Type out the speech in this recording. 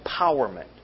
empowerment